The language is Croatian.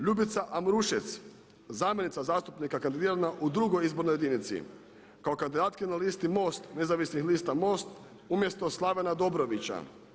Ljubica Ambrušec zamjenica zastupnika kandidirana u drugoj izbornoj jedinici kao kandidatkinja na listi MOST nezavisnih lista, MOST umjesto Slavena Dobrovića.